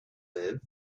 live